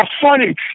funny